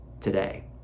today